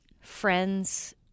friends